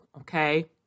okay